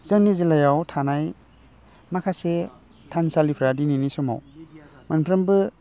जोंनि जिल्लायाव थानाय माखासे थानसालिफ्रा दिनैनि समाव मोनफ्रोमबो